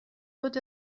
wird